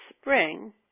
spring